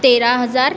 तेरा हजार